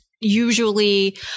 usually